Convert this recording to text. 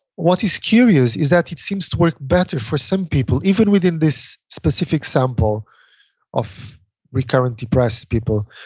what is curious is that it seems to work better for some people even within this specific sample of recurring depressed people.